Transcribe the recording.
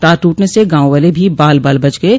तार टूटने से गांव वाले भी बाल बाल बच गये